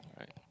right